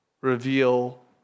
reveal